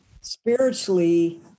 spiritually